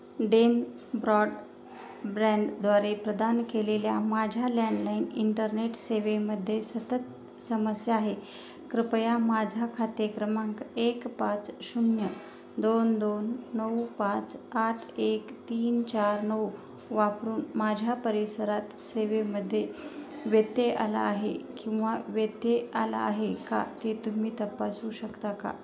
Den ब्रॉडब्रँडद्वारे प्रदान केलेल्या माझ्या लँडलाईन इंटरनेट सेवेमध्ये सतत समस्या आहे कृपया माझा खाते क्रमांक एक पाच शून्य दोन दोन नऊ पाच आठ एक तीन चार नऊ वापरून माझ्या परिसरात सेवेमध्ये व्यत्यय आला आहे किंवा व्यत्यय आला आहे का ते तुम्ही तपासू शकता का